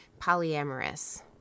polyamorous